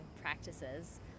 practices